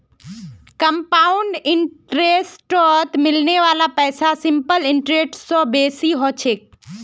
compound इंटरेस्टत मिलने वाला पैसा सिंपल इंटरेस्ट स बेसी ह छेक